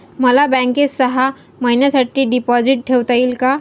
मला बँकेत सहा महिन्यांसाठी डिपॉझिट ठेवता येईल का?